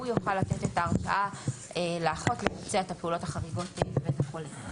הוא יוכל לתת את ההרשאה לאחות לבצע את הפעולות החריגות בבית החולה.